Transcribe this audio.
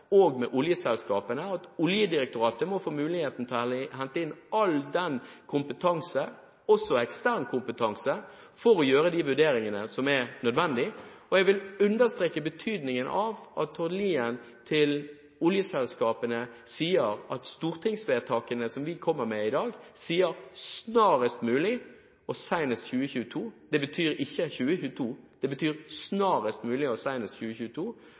med Oljedirektoratet og oljeselskapene, og at Oljedirektoratet må få mulighet til å få hente inn all den kompetanse som er nødvendig – også ekstern kompetanse – for å gjøre de vurderingene. Jeg vil understreke betydningen av at Tord Lien sier til oljeselskapene at stortingsvedtakene vi gjør i dag, betyr snarest mulig og senest 2022. Det betyr ikke 2022. Det betyr snarest mulig og senest 2022.